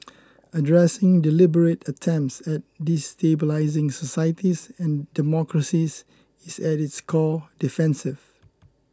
addressing deliberate attempts at destabilising societies and democracies is at its core defensive